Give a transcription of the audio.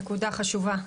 נקודה חשובה.